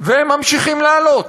והם ממשיכים לעלות.